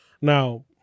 Now